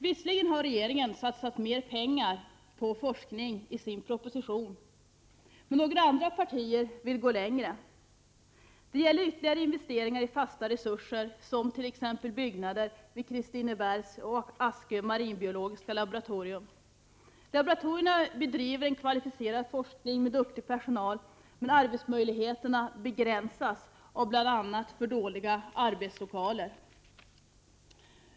Visserligen har regeringen satsat mer pengar på forskning i sin proposition, 83 men några andra partier vill gå längre. Det gäller ytterligare investeringar i fasta resurser, som t.ex. i byggnader vid Kristinebergs och Askö marinbiologiska laboratorier. Laboratorierna bedriver en kvalificerad forskning, med duktig personal, men arbetsmöjligheterna begränsas av bl.a. för dåliga arbetslokaler.